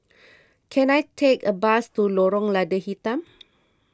can I take a bus to Lorong Lada Hitam